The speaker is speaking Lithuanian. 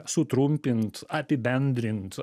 sutrumpint apibendrint